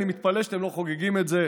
אני מתפלא שאתם לא חוגגים את זה,